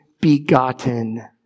begotten